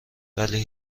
ولی